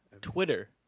Twitter